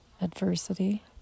adversity